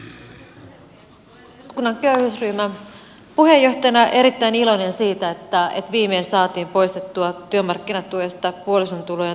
olen eduskunnan köyhyysryhmän puheenjohtajana erittäin iloinen siitä että viimein saatiin poistettua työmarkkinatuesta puolison tulojen tarveharkinta